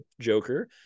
joker